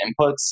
inputs